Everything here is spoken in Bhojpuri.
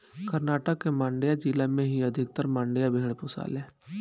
कर्नाटक के मांड्या जिला में ही अधिकतर मंड्या भेड़ पोसाले